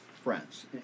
friends